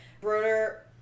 Broder